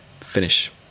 finish